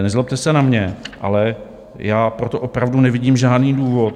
Nezlobte se na mě, ale já pro to opravdu nevidím žádný důvod.